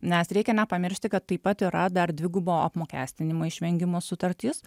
nes reikia nepamiršti kad taip pat yra dar dvigubo apmokestinimo išvengimo sutartys